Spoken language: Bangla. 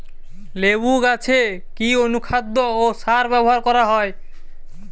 লেবু গাছে কি অনুখাদ্য ও সার ব্যবহার করা হয়?